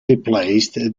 replaced